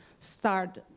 start